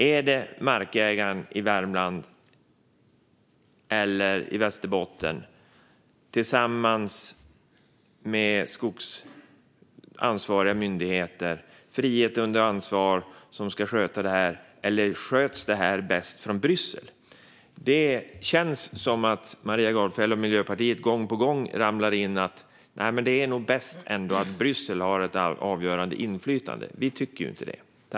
Är det markägaren i Värmland eller Västerbotten tillsammans med skogsansvariga myndigheter som med frihet under ansvar ska sköta det här, eller sköts det bäst från Bryssel? Det känns som att Maria Gardfjell och Miljöpartiet gång på gång ramlar in i att det nog är bäst att Bryssel har ett avgörande inflytande. Vi tycker inte det.